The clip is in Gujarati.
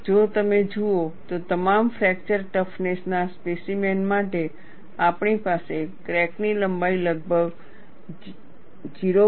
અને જો તમે જુઓ તો તમામ ફ્રેક્ચર ટફનેસ ના સ્પેસીમેન ઓ માટે આપણી પાસે ક્રેક ની લંબાઈ લગભગ 0